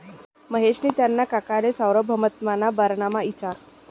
महेशनी त्याना काकाले सार्वभौमत्वना बारामा इचारं